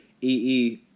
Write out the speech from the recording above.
ee